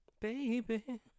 Baby